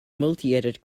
multiedit